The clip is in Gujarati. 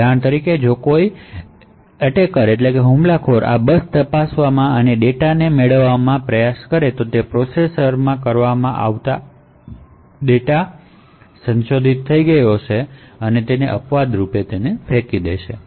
ઉદાહરણ તરીકે જો કોઈ હુમલાખોર આ બસ તપાસમાં આ ડેટાને સંશોધિત કરવાનો પ્રયાસ કરે છે તો પ્રોસેસરમાં તે ડેટા સંશોધિત થઈ ગયો છે તેવું શોધી અને એકસેપ્સન આપવામાં આવશે